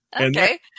Okay